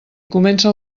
comença